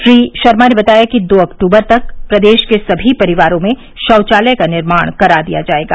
श्री शर्मा ने बताया कि दो अक्टूबर तक प्रदेश के सभी परिवारों में शौचालय का निर्माण करा दिया जायेगा